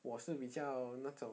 我是比较那种